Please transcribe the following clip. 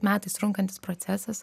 metais trunkantis procesas